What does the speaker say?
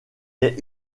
est